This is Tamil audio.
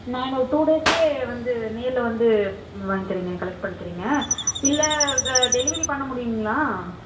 நான் இன்னும் ஒரு டூ டேஸ்லையே வந்து நேரில் வந்து வாங்கிக்குறங்க கலெக்ட் பண்ணிக்குறங்க இல்லை டெலிவரி பண்ண முடியுங்களா